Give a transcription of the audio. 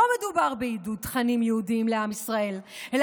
לא מדובר בעידוד תכנים יהודיים לעם ישראל אלא